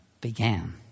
began